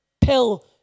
pill